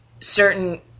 certain